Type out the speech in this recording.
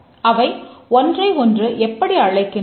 அவை ஒன்றை ஒன்று எப்படி அழைக்கின்றன